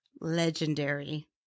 Legendary